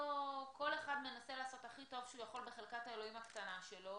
כל אחד מנסה לעשות הכי טוב שהוא יכול בחלקת האלוהים הקטנה שלו,